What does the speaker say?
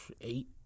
Eight